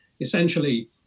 essentially